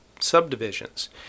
subdivisions